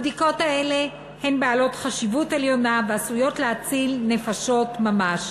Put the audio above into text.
הבדיקות האלה הן בעלות חשיבות עליונה ועשויות להציל נפשות ממש.